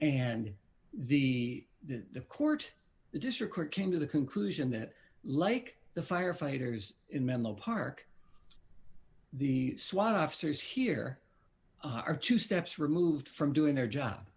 and the the court the district court came to the conclusion that like the firefighters in menlo park the swat officers here are two steps removed from doing their job